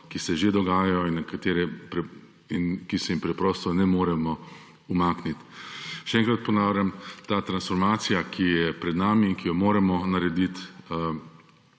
ki se že dogajajo in ki se jim preprosto ne moremo umakniti. Še enkrat ponavljam, ta transformacija, ki je pred nami, ki jo moramo narediti,